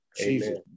Amen